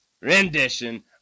rendition